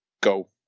go